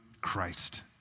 Christ